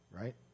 right